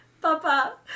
Papa